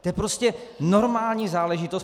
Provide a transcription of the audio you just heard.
To je prostě normální záležitost.